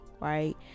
right